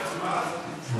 1 2